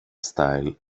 style